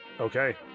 Okay